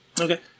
okay